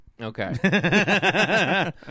Okay